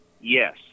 yes